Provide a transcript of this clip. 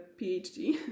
phd